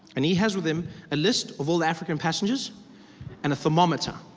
and he has with him a list of all the african passengers and a thermometer.